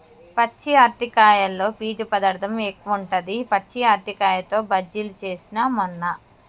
పచ్చి అరటికాయలో పీచు పదార్ధం ఎక్కువుంటది, పచ్చి అరటికాయతో బజ్జిలు చేస్న మొన్న